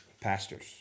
pastors